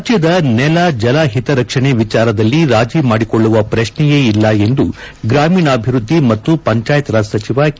ರಾಜ್ಯದ ನೆಲ ಜಲ ಹಿತರಕ್ಷಣೆ ವಿಚಾರದಲ್ಲಿ ರಾಜಿಮಾಡಿಕೊಳ್ಳುವ ಪ್ರಶೈಯೇ ಇಲ್ಲ ಎಂದು ಗ್ರಾಮೀಣಾಭಿವ್ಯದ್ಲಿ ಮತ್ತು ಪಂಚಾಯತ್ ರಾಜ್ ಸಚಿವ ಕೆ